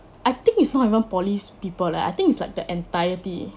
I think it's not even poly people leh I think it's like the entirety